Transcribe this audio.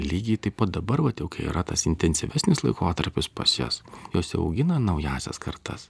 lygiai taip pat dabar vat jau kai yra tas intensyvesnis laikotarpis pas jas jos jau augina naująsias kartas